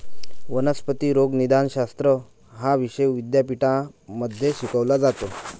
वनस्पती रोगनिदानशास्त्र हा विषय विद्यापीठांमध्ये शिकवला जातो